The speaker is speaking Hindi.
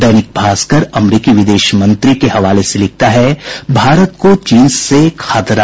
दैनिक भास्कर अमरिकी विदेश मंत्री के हवाले से लिखता है भारत को चीन से खतरा